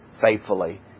faithfully